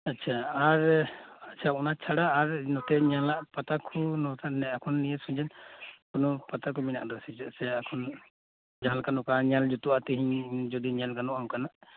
ᱟᱪᱪᱷᱟ ᱟᱨ ᱚᱱᱟ ᱪᱷᱟᱲᱟ ᱟᱨ ᱧᱮᱞᱟᱜ ᱯᱟᱛᱟ ᱠᱚ ᱱᱤᱭᱟᱹ ᱥᱤᱡᱤᱱ ᱠᱳᱱᱳ ᱯᱟᱛᱟ ᱠᱚ ᱢᱮᱱᱟᱜ ᱟᱠᱟᱫᱟ ᱥᱮ ᱪᱮᱫ ᱡᱟᱦᱟᱸ ᱡᱩᱫᱤ ᱛᱮᱦᱮᱧ ᱧᱮᱞ ᱡᱩᱛᱩᱜ ᱚᱱᱠᱟᱱᱟᱜ